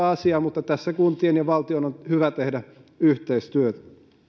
asia mutta tässä kuntien ja valtion on hyvä tehdä yhteistyötä